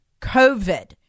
COVID